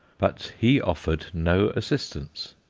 but he offered no assistance.